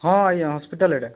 ହଁ ଆଜ୍ଞା ହସ୍ପିଟାଲ ଏଟା